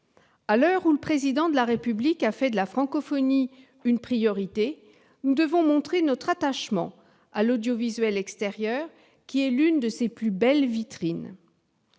À l'heure où le Président de la République a fait de la francophonie une priorité, nous devons montrer notre attachement à l'audiovisuel extérieur, qui est l'une de ses plus belles vitrines.